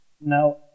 Now